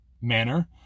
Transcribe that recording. manner